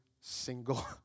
single